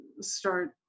start